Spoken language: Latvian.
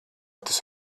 tas